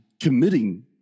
committing